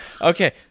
Okay